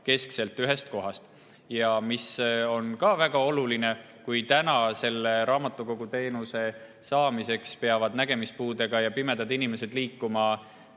keskselt ühest kohast. On ka väga oluline, et kui selle raamatukoguteenuse saamiseks peavad nägemispuudega ja pimedad inimesed liikuma